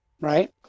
Right